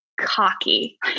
cocky